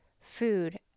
food